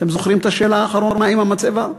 אתם זוכרים את השאלה האחרונה עם המצבה?